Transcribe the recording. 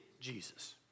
Jesus